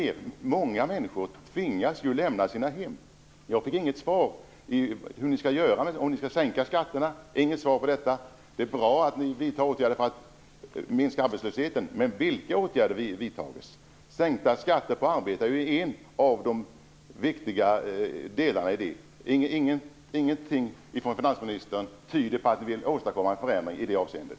Många människor tvingas lämna sina hem. Jag fick inget svar på hur ni skall göra. Skall skatterna sänkas? Jag fick inget svar på detta. Det är bra att åtgärder vidtas för att arbetslösheten skall minskas, men vilka åtgärder vidtas? Sänkta skatter på arbete är en av de viktiga delarna i detta. Ingenting finansministern säger tyder på att han vill åstadkomma en förändring i det avseendet.